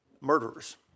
murderers